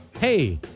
Hey